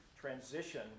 transition